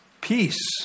peace